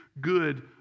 good